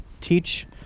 teach